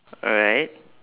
alright